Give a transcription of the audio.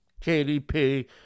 kdp